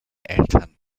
eltern